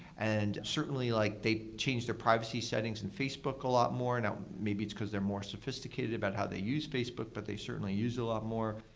and certainly, like they change their privacy settings in facebook a lot more, and maybe it's because they're more sophisticated about how they use facebook, but they certainly use a lot more.